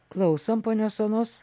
klausom ponios onos